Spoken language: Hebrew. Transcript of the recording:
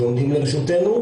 שעומדים לרשותנו.